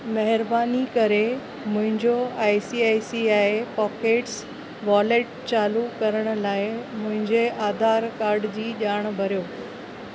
महिरबानी करे मुंहिंजो I C I C I Pockets wallet चालू करण लाइ मुंहिंजे आधार कार्ड जी ॼाण भरियो